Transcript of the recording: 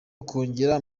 ukongerera